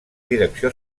direcció